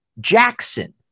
Jackson